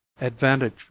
Advantage